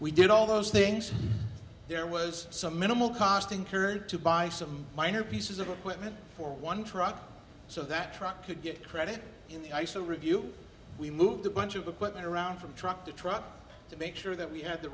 we did all those things there was some minimal cost incurred to buy some minor pieces of equipment for one truck so that truck could get credit in the ice to review we moved a bunch of equipment around from truck to truck to make sure that we had the